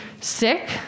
sick